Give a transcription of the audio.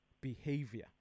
behavior